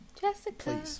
Jessica